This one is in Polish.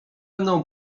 mną